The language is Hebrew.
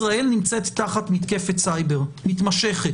ישראל נמצאת תחת מתקפת סייבר מתמשכת.